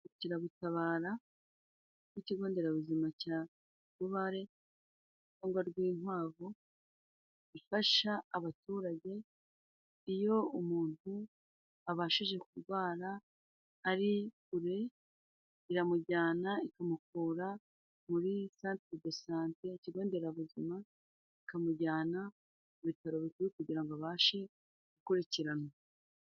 Imbangukiragutabara y'ikigo nderabuzima cya Rubare cangwa Rwinkwavu ifasha abaturage, iyo umuntu abashije kurwara ari kure, iramujyana ikamukura muri santere de sante, ikigo nderabuzima, ikamujyana ku bitaro bikuru kugira ngo abashe gukurikiranwa.